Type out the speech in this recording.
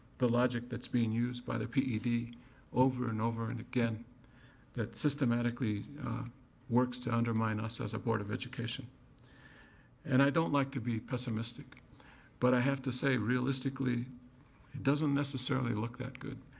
the logic that's being used by the ped over and over and again that systematically works to undermine us as a board of education and i don't like to be pessimistic but i have to say realistically it doesn't necessarily look that good.